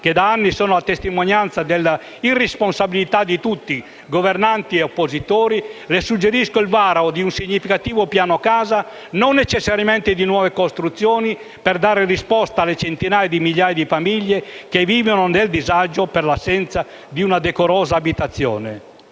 che da anni sono la testimonianza della irresponsabilità di tutti, governanti e oppositori. Le suggerisco il varo di un significativo piano casa, non necessariamente di nuove costruzioni, per dare risposta alle centinaia di migliaia di famiglie che vivono nel disagio per l'assenza di una decorosa abitazione